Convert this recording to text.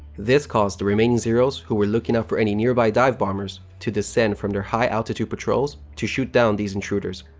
this caused the remaining zeros, who were looking up for any nearby dive-bombers, to descend from their high altitude patrols to shoot down these intruders.